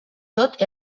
tot